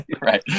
right